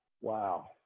Wow